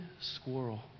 squirrel